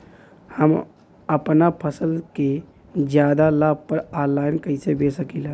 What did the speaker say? हम अपना फसल के ज्यादा लाभ पर ऑनलाइन कइसे बेच सकीला?